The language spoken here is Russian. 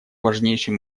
важнейший